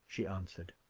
she answered.